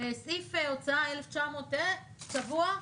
סעיף הוצאה 1900 צבוע,